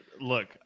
look